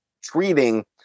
treating